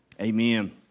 Amen